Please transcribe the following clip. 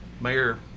mayor